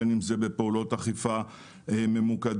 בין אם זה בפעולות אכיפה ממוקדות.